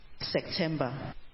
September